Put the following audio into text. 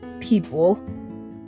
people